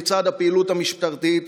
לצד הפעילות המשטרתית,